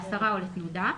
להסרה או לתנודה.